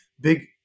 big